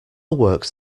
works